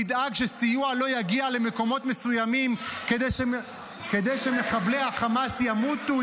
נדאג שסיוע לא יגיע למקומות מסוימים כדי שמחבלי החמאס ימותו,